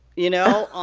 you know?